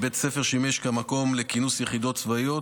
בית הספר שימש כמקום לכינוס יחידות צבאיות,